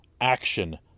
action